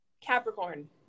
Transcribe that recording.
Capricorn